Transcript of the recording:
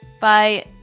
Bye